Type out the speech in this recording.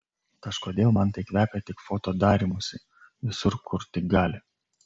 kažkodėl man tai kvepia tik foto darymusi visur kur tik gali